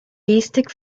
gestik